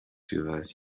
ciudades